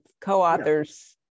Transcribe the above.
co-authors